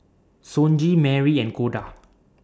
Sonji Merrie and Koda